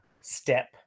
step